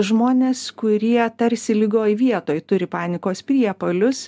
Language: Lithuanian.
žmonės kurie tarsi lygioj vietoj turi panikos priepuolius